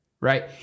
right